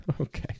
Okay